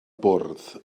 bwrdd